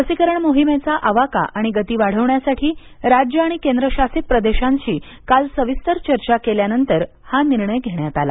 लसीकरण मोहिमेचा आवाका आणि गती वाढवण्यासाठी राज्य आणि केंद्रशासित प्रदेशांशी काल सविस्तर चर्चा केल्यानंतर हा निर्णय घेण्यात आला